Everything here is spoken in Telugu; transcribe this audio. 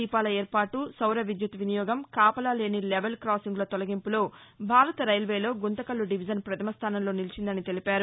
దీపాల ఏర్పాటు సౌర విద్యుత్ వినియోగం కాపలాలేని లెవెల్ క్రాసింగుల తొలగింపులో భారత రైల్వేలో గుంతకల్లు డివిజన్ ప్రథమ స్థానంలో నిలిచిందని తెలిపారు